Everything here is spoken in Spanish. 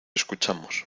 escuchamos